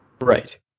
right